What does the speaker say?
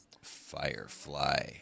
Firefly